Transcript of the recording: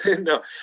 No